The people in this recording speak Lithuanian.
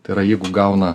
tai yra jeigu gauna